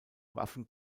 waffen